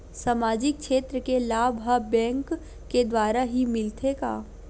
सामाजिक क्षेत्र के लाभ हा बैंक के द्वारा ही मिलथे का?